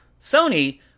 Sony